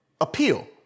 appeal